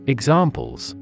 Examples